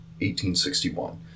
1861